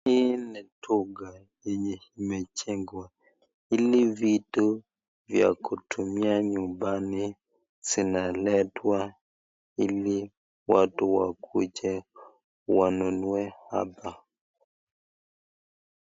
Hii ni duka yenye imejengwa ili vitu vya kutumia nyumbani zinaletwa ili watu wakuje wanunue hapa